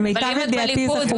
למיטב ידיעתי זה חוקי.